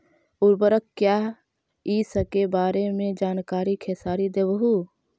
उर्वरक क्या इ सके बारे मे जानकारी खेसारी देबहू?